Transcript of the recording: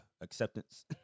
acceptance